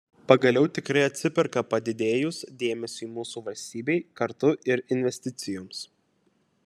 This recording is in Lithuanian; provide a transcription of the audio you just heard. pagaliau tikrai atsiperka padidėjus dėmesiui mūsų valstybei kartu ir investicijoms